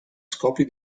scopi